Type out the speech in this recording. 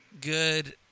good